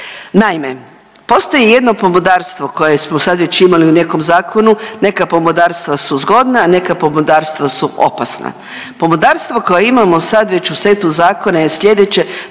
Naime, postoji jedno pomodarstvo koje smo sad već imali u nekom zakonu, neka pomodarstva su zgodna, a neka pomodarstva su opasna. Pomodarstvo koja imamo sad već u setu zakona je sljedeće,